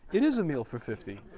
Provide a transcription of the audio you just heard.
it is a meal for fifty,